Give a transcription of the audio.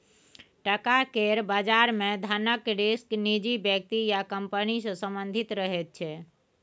टका केर बजार मे धनक रिस्क निजी व्यक्ति या कंपनी सँ संबंधित रहैत छै